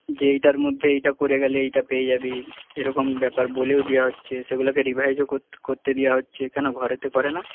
যে এইটার মধ্যে এইটা করে গেলে এইটা পেয়ে যাবে এরকম ব্যাপার বলেও দেওয়া হচ্ছে সেগুলোকে রিভাইসও করতে দেওয়া হচ্ছে কেন ঘরেতে পড়ে না